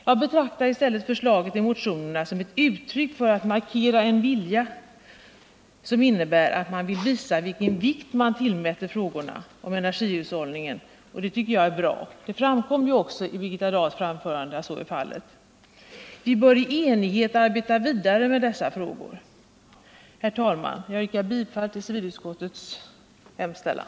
Jag betraktar förslagen i motionen såsom ett uttryck för att man vill markera en vilja som innebär att man vill visa vilken vikt man tillmäter frågorna om energihushållningen, och det tycker jag är bra. Det framkom ju också i Birgitta Dahls anförande att så är fallet. Vi bör i enighet arbeta vidare med dessa frågor. Herr talman! Jag yrkar bifall till civilutskottets hemställan.